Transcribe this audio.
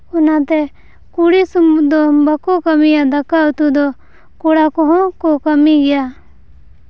ᱚᱱᱟᱛᱮ ᱠᱩᱲᱤ ᱥᱩᱢᱩᱝ ᱫᱚ ᱵᱟᱠᱚ ᱠᱟᱹᱢᱤᱭᱟ ᱫᱟᱠᱟ ᱩᱛᱩ ᱫᱚ ᱠᱚᱲᱟ ᱠᱚᱦᱚᱸ ᱠᱚ ᱠᱟᱹᱢᱤ ᱜᱮᱭᱟ